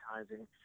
advertising